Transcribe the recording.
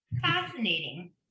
fascinating